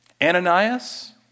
Ananias